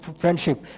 friendship